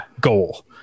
goal